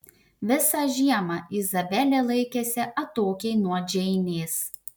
visą žiemą izabelė laikėsi atokiai nuo džeinės